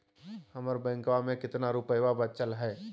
हमर बैंकवा में कितना रूपयवा बचल हई?